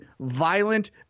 violent